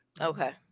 Okay